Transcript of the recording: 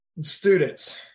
students